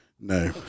No